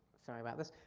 sorry about this,